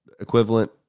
equivalent